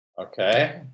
Okay